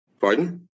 Pardon